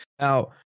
Now